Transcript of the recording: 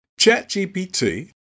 ChatGPT